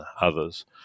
others